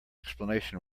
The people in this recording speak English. explanation